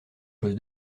chose